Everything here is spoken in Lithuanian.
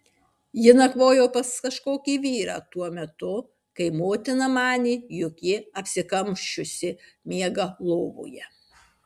ji nakvojo pas kažkokį vyrą tuo metu kai motina manė jog ji apsikamšiusi miega lovoje